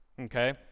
okay